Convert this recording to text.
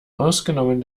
ausgenommen